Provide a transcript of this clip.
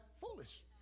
foolish